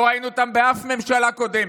לא ראינו אותן באף ממשלה קודמת.